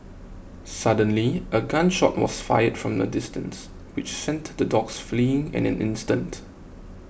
suddenly a gun shot was fired from the distance which sent the dogs fleeing in an instant